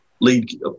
lead